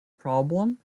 problem